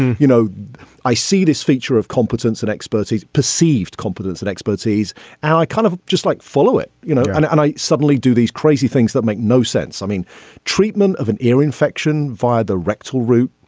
you know i see this feature of competence and expertise perceived competence and expertise and i kind of just like follow it you know and and i suddenly do these crazy things that make no sense. i mean treatment of an ear infection via the rectal route.